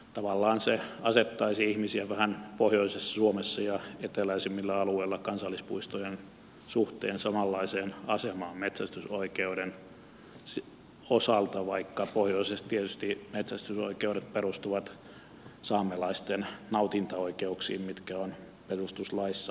tavallaan se asettaisi ihmisiä pohjoisessa suomessa ja eteläisimmillä alueilla kansallispuistojen suhteen vähän samanlaiseen asemaan metsästysoikeuden osalta vaikka pohjoisessa tietysti metsästysoikeudet perustuvat saamelaisten nautintaoikeuksiin mitkä ovat perustuslaissa olleet